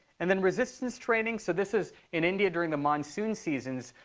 and then resistance training, so this is in india during the monsoon season.